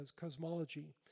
cosmology